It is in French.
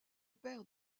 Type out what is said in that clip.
père